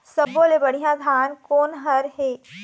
सब्बो ले बढ़िया धान कोन हर हे?